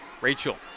Rachel